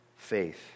Faith